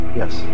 yes